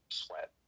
sweat